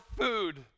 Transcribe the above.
food